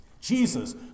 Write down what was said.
Jesus